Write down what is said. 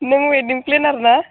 नों wedding planner ना